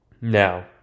Now